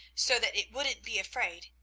so that it wouldn't be afraid,